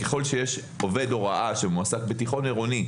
ככל שיש עובד הוראה שמועסק בתיכון עירוני,